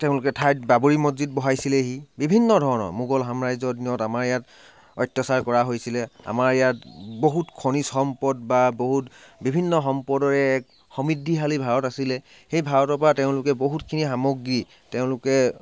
ঠাইত বাবৰি মছজিদ বনাইছিলেহি বিভিন্ন ধৰণৰ মোগল সাম্ৰাজ্যৰ দিনত আমাৰ ইয়াত অত্যাচাৰ কৰা হৈছিলে আমাৰ ইয়াত বহুত খনিজ সম্পদ বা বহুত বিভিন্ন সম্পদেৰে সমৃদ্ধিশালী ভাৰত আছিলে সেই ভাৰতৰপৰা তেওঁলোকে বহুতখিনি সামগ্ৰী তেওঁলোকে